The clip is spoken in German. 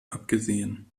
abgesehen